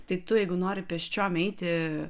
tai tu jeigu nori pėsčiom eiti